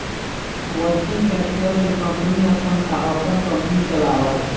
working capital से company या संस्था अपन कंपनी चलावा हई